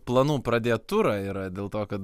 planų pradėt turą yra dėl to kad